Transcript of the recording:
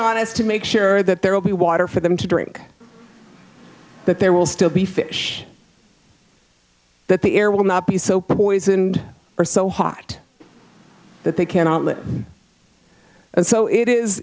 on us to make sure that there will be water for them to drink that there will still be fish that the air will not be so poisoned or so hot that they cannot live and so it is